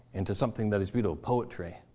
into something that is beautiful, poetry?